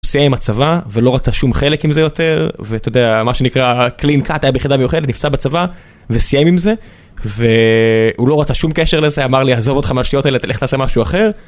הוא סיים עם הצבא ולא רצה שום חלק עם זה יותר, ואתה יודע מה שנקרא קלין קאט, היה ביחידה מיוחדת נפצע בצבא וסיים עם זה, והוא לא רצה שום קשר לזה אמר לי יעזוב אותך מהשטויות האלה תלך לעשות משהו אחר.